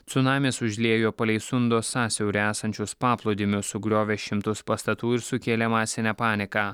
cunamis užliejo palei sundo sąsiaurį esančius paplūdimius sugriovė šimtus pastatų ir sukėlė masinę paniką